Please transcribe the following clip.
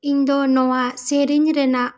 ᱤᱧ ᱫᱚ ᱱᱚᱣᱟ ᱥᱮᱨᱮᱧ ᱨᱮᱱᱟᱜ